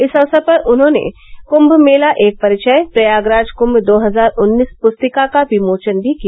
इस अवसर पर उन्होंने कुंभ मेला एक परिचय प्रयागराज कुंभ दो हजार उन्नीस पुस्तिका का विमोचन भी किया